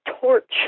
torch